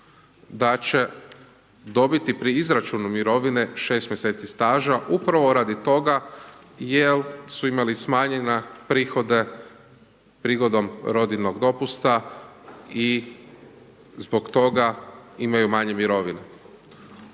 da će dobiti pri izračunu mirovine 6 mjeseci staža, upravo radi toga jel su imali smanjenja prihode prigodom rodiljnog dopusta i zbog toga imaju manje mirovine.